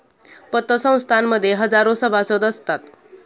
पतसंस्थां मध्ये हजारो सभासद असतात